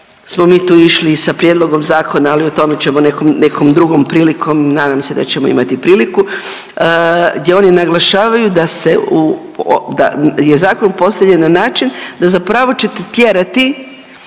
smo mi tu išli i sa prijedlogom zakona, ali o tome ćemo nekom drugom prilikom. Nadam se da ćemo imati priliku gdje oni naglašavaju da se, da je zakon postavljen na način da zapravo ćete tjerati